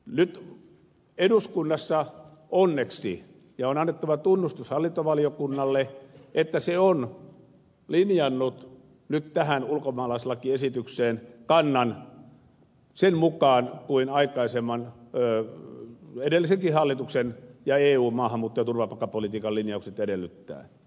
nyt eduskunnassa onneksi on annettava tunnustus hallintovaliokunnalle että se on linjannut nyt tähän ulkomaalaislakiesitykseen kannan sen mukaan kuin aikaisemman edellisenkin hallituksen ja eun maahanmuutto ja turvapaikkapolitiikan linjaukset edellyttävät